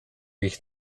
ich